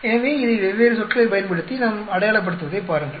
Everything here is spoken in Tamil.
எனவே இதை வெவ்வேறு சொற்களை பயன்படுத்தி நான் அடையாளப்படுத்துவதை பாருங்கள்